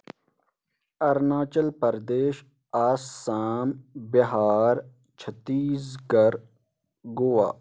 Arunachal Pradesh Assam Bihar Chhattisgarh Goa